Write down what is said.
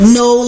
no